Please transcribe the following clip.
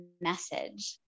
message